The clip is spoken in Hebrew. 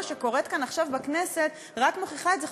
שקורית כאן עכשיו בכנסת רק מוכיחות את זה.